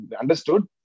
understood